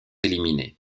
éliminés